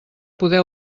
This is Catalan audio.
poder